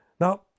Now